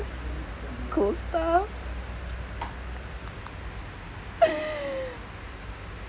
cool stuff